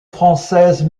française